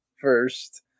first